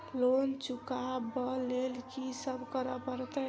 Loan चुका ब लैल की सब करऽ पड़तै?